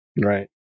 Right